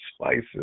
spices